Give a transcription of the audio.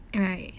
alright